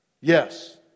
Yes